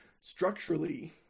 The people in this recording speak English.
Structurally